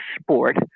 sport